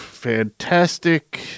Fantastic